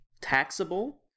taxable